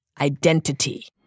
identity